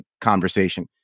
conversation